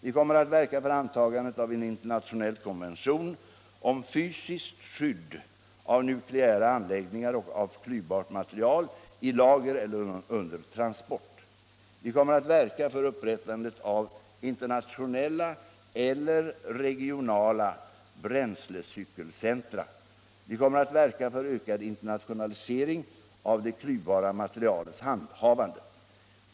Vi kommer att verka för antagandet av en internationell konvention om fysiskt skydd av nukleära anläggningar och av klyvbart material i lager eller under transport. Vi kommer att verka för upprättandet av internationella eller regionala bränslecykelcentra. Vi kommer att verka för ökad internationalisering av det klyvbara materialets handhavande.